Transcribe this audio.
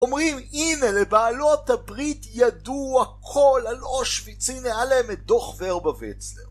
אומרים, הנה לבעלות הברית ידוע כל על אושוויץ. הנה על אמת דו"ח ורבא ויצלר.